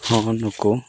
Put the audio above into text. ᱦᱮᱸ ᱱᱩᱠᱩ